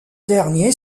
dernier